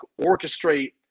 orchestrate